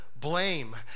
blame